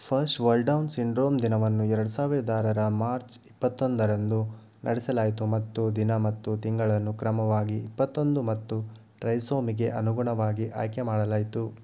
first world down syndrome ದಿನವನ್ನು ಎರಡು ಸಾವಿರದ ಆರರ ಮಾರ್ಚ್ ಇಪ್ಪತ್ತೊಂದರಂದು ನಡೆಸಲಾಯಿತು ಮತ್ತು ದಿನ ಮತ್ತು ತಿಂಗಳನ್ನು ಕ್ರಮವಾಗಿ ಇಪ್ಪತ್ತೊಂದು ಮತ್ತು ಟ್ರೈಸೋಮಿಗೆ ಅನುಗುಣವಾಗಿ ಆಯ್ಕೆ ಮಾಡಲಾಯಿತು